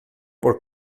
por